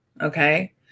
okay